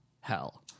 hell